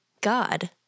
God